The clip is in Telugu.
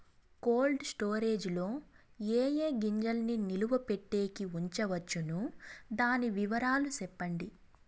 కోల్డ్ స్టోరేజ్ లో ఏ ఏ గింజల్ని నిలువ పెట్టేకి ఉంచవచ్చును? దాని వివరాలు సెప్పండి?